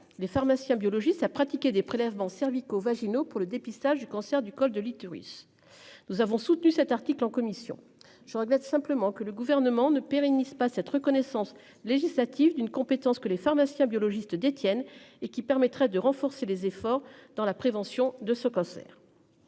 les pharmaciens biologistes a pratiqué des prélèvements servi co-vaginaux pour le dépistage du cancer du col de l'utérus. Nous avons soutenu cet article en commission. Je regrette simplement que le gouvernement ne Périnne n'est-ce pas cette reconnaissance législative d'une compétence que les pharmaciens biologistes détiennent et qui permettrait de renforcer les efforts dans la prévention de ce cancer.